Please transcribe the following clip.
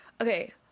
okay